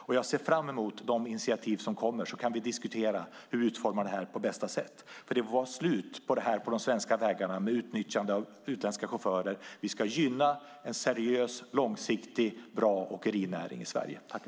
Och jag ser fram emot de initiativ som kommer, så kan vi diskutera hur vi utformar reglerna på bästa sätt, för det får vara slut med utnyttjandet av utländska chaufförer på de svenska vägarna. Vi ska gynna en seriös, långsiktig och bra åkerinäring i Sverige.